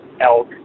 elk